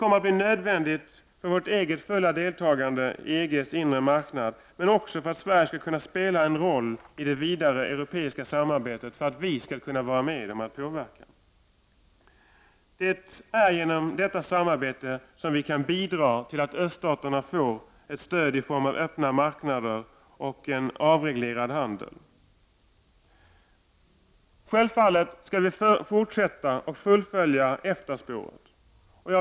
Det blir nödvändigt för vårt eget fulla deltagande i EG:s inre marknad, men också för att Sverige skall kunna spela en roll i det vidare europeiska samarbetet och för att vi skall kunna vara med och påverka. Det är genom ett sådant samarbete som vi kan bidra till att öststaterna får ett stöd i form av öppna marknader och en avreglerad handel. Självfallet skall vi fortsätta och fullfölja EFTA-spåret.